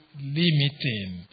limiting